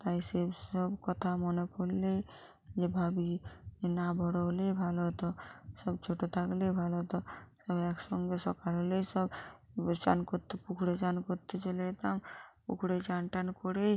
তাই সেসব কথা মনে পড়লেই যে ভাবি যে না বড়ো হলেই ভালো হতো সব ছোটো থাকলেই ভালো হতো সব একসঙ্গে সকাল হলেই সব স্নান করতে পুকুরে স্নান করতে চলে যেতাম পুকুরে স্নান টান করে